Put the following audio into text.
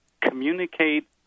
communicate